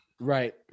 Right